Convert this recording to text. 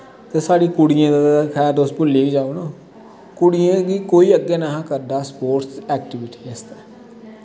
ते साढ़ी कुड़ियें ते खैर तुस भुल्ली गै जाओ कुड़ियें गी कोई अग्गें नेईं हा करदा स्पोर्टस ऐक्टिविटी आस्तै